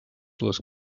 les